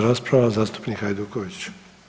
rasprava zastupnika Hajdukovića.